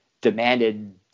demanded